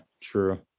true